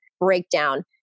breakdown